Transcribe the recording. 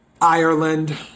Ireland